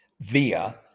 via